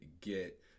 get